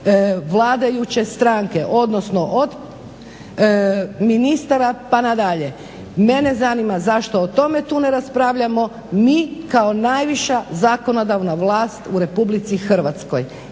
vladajuće stranke, odnosno od ministara pa nadalje. Mene zanima zašto o tome tu ne raspravljamo mi kao najviša zakonodavna vlast u RH? Mislim